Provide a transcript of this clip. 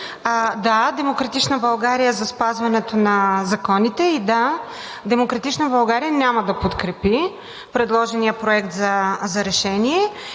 Да, „Демократична България“ е за спазване на законите. И да, „Демократична България“ няма да подкрепи предложения проект за решение.